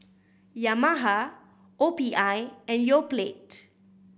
Yamaha O P I and Yoplait